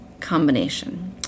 combination